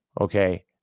okay